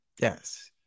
Yes